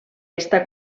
està